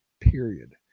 period